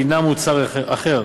היא מוצר אחר,